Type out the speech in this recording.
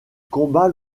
combat